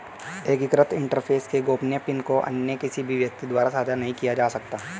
एकीकृत इंटरफ़ेस के गोपनीय पिन को अन्य किसी भी व्यक्ति द्वारा साझा नहीं किया जा सकता